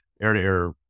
air-to-air